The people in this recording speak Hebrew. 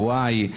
או Y,